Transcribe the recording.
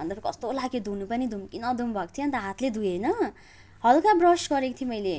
अन्त कस्तो लाग्यो धुनु पनि धोउँ कि नधोउँ भएको थियो अन्त हातले धोएँ होइन हल्का ब्रस गरेको थिएँ मैले